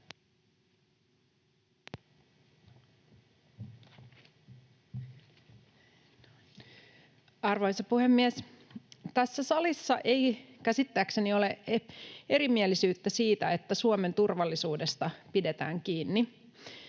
Arvoisa puhemies! Tässä salissa ei käsittääkseni ole erimielisyyttä siitä, että Suomen turvallisuudesta pidetään kiinni.